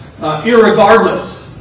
irregardless